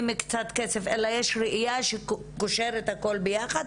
קצת כסף אלא הייתה ראייה שקושרת הכל ביחד